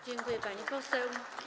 Dziękuję, pani poseł.